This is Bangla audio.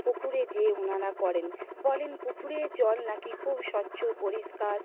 পুকুরে যেয়ে উনারা করেন বলেন পুকুরের জল নাকি খুব স্বচ্ছ পরিষ্কার